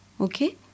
okay